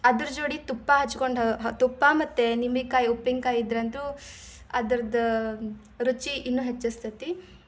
ಅದ್ರ ಜೋಡಿ ತುಪ್ಪ ಹಚ್ಕೊಂಡು ತುಪ್ಪ ಮತ್ತು ನಿಂಬೆಕಾಯಿ ಉಪ್ಪಿನಕಾಯಿ ಇದ್ರಂತೂ ಅದ್ರದ್ದು ರುಚಿ ಇನ್ನೂ ಹೆಚ್ಚಿಸ್ತತ್ತಿ